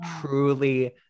truly